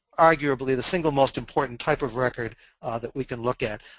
arguably the single most important type of record ah that we can look at.